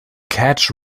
catch